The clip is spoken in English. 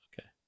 okay